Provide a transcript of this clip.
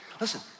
Listen